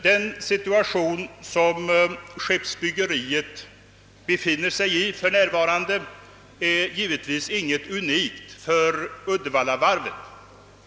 Den situation som skeppsbyggeriet befinner sig i för närvarande är givetvis ingenting unikt för Uddevallavarvet.